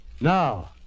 Now